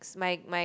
my my